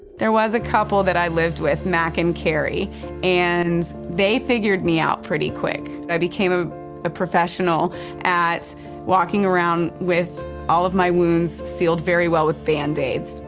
there was a couple i lived with, mack and carrie and they figured me out pretty quick. i became ah a professional at walking around with all of my wounds sealed very well with band-aids.